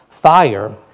fire